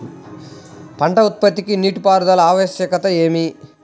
పంట ఉత్పత్తికి నీటిపారుదల ఆవశ్యకత ఏమి?